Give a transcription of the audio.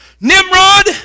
Nimrod